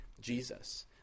Jesus